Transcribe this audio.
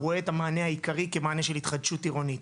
הוא רואה את המענה העיקרי כמענה של התחדשות עירונית.